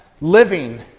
living